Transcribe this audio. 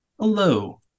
Hello